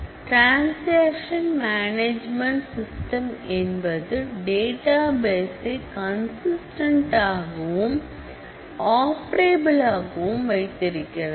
transaction management system என்பது data பேசை consistent ஆகவும் அப்பிரபில் ஆகவும் வைத்திருக்கிறது